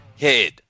head